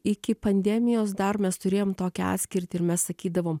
iki pandemijos dar mes turėjom tokią atskirtį ir mes sakydavom